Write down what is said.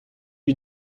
lui